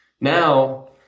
now